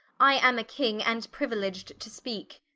i am a king, and priuiledg'd to speake